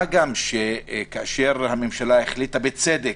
מה גם שכאשר הממשלה החליטה, בצדק,